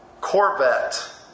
Corvette